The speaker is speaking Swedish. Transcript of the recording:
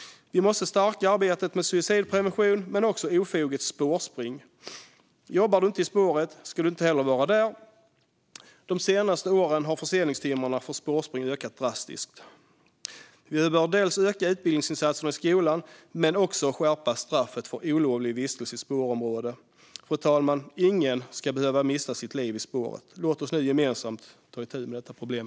Vi måste stärka arbetet med suicidprevention men också mot ofoget spårspring. Jobbar du inte i spåret ska du inte heller vara där. De senaste åren har förseningstimmarna för spårspring ökat drastiskt. Vi behöver öka utbildningsinsatserna i skolan men också skärpa straffet för olovlig vistelse i spårområde. Fru talman! Ingen ska behöva mista sitt liv i spåret. Låt oss nu gemensamt ta itu med detta problem.